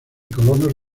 colonos